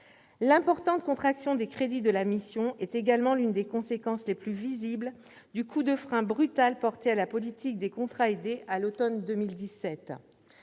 L'importante contraction des crédits de la mission est également l'une des conséquences les plus visibles du coup de frein brutal porté à la politique des contrats aidés à l'automne 2017.